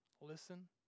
Listen